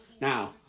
Now